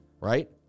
right